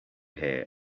here